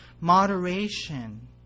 moderation